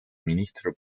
ministro